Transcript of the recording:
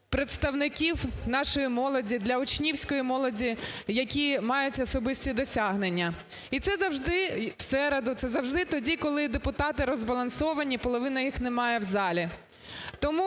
представників нашої молоді, для учнівської молоді, які мають особисті досягнення. І це завжди в середу, це завжди тоді, коли депутати розбалансовані, половини їх немає в залі.